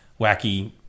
wacky